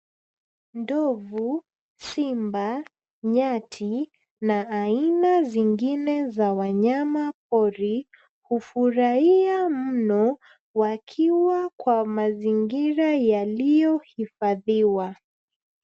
Ndovu, simba, nyati, na aina zingine za wanyama pori, hufurahia mno, wakiwa kwa mazingira, yaliohifadhiwa.